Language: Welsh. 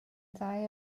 ddau